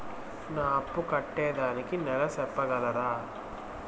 నా అప్పు కట్టేదానికి నెల సెప్పగలరా?